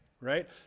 right